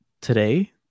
today